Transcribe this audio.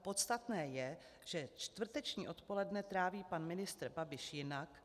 Podstatné je, že čtvrteční odpoledne tráví pan ministr Babiš jinak.